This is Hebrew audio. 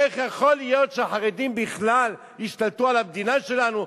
איך יכול להיות שהחרדים בכלל ישתלטו על המדינה שלנו,